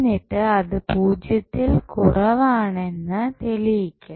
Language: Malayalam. എന്നിട്ട് അത് പൂജ്യത്തിൽ കുറവാണെന്ന് തെളിയിക്കണം